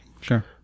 sure